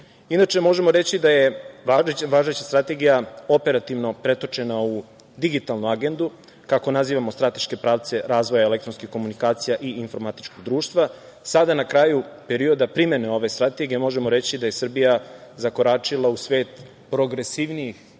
period. Inače, možemo reći da je važeća strategija operativno pretočena u digitalnu agendu, kako nazivamo strateške pravce razvoja elektronskih komunikacija i informatičkog društva. Sada na kraju perioda primene ove strategije možemo reći da je Srbija zakoračila u svet progresivnijih